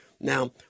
Now